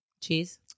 cheese